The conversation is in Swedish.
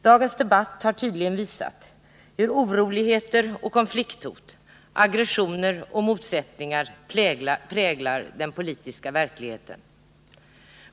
Dagens debatt har tydligt visat hur oroligheter och konflikthot, aggressioner och motsättningar präglar den politiska verkligheten.